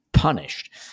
punished